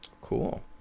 Cool